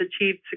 achieved